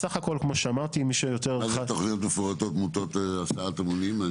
מה זה תוכניות מפורטות מוטות הסעת המונים?